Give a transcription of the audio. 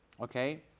okay